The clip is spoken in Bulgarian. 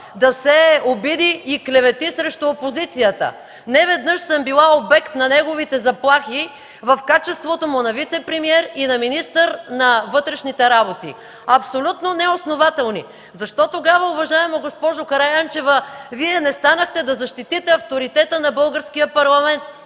да сее обиди и клевети срещу опозицията. Неведнъж съм била обект на неговите заплахи в качеството му на вицепремиер и на министър на вътрешните работи, напълно неоснователни. Защо тогава, уважаема госпожо Караянчева, Вие не станахте да защитите авторитета на българския парламент?